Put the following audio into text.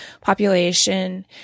population